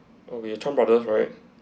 oh we have Chan brothers right